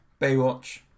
Baywatch